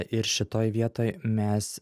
ir šitoj vietoj mes